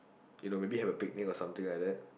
you know maybe have a big meal or something like that